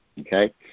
okay